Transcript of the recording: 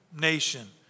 nation